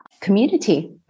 community